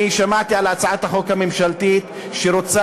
אני שמעתי על הצעת החוק הממשלתית שרוצה